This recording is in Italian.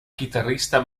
chitarrista